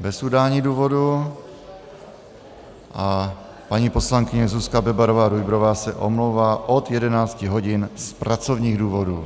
bez udání důvodu a paní poslankyně Zuzka Bebarová Rujbrová se omlouvá od 11 hodin z pracovních důvodů.